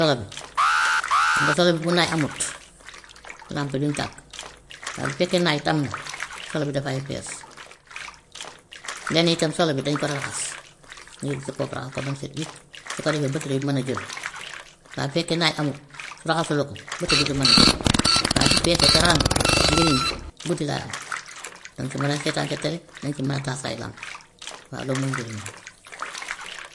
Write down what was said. boo ko jëndee andi ko, mën ngay wat sa kawar gi ba mu set wecc mbaa nga jël seet nga daggee ko sa we, boo ko jëlee sa kawar nga wat ko ba mu set, nga jël kawar ga nga wut foo ko denc. Nga jël beneen lañset nga daggee ko sa we yi, sa we bi yow soo ko dindee danga koy gas nga suul ko loolu mooy njëriñam. Sa piis te gisoo paaka mën nga koo daggee lañset te du su su jàdd du def dara moo gën a gaaw moo te moo gën a ñaw waa.